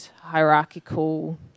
hierarchical